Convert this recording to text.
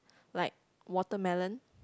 like watermelon